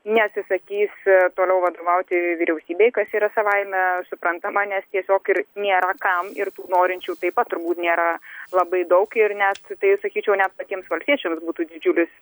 neatsisakys toliau vadovauti vyriausybei kas yra savaime suprantama nes tiesiog ir nėra kam ir tų norinčių taip pat turbūt nėra labai daug ir ne tai sakyčiau net patiems valstiečiams būtų didžiulis